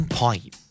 point